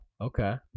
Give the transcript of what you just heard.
Okay